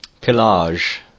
Pillage